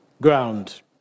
ground